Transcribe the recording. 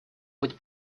быть